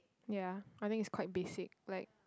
ya I think it's quite basic like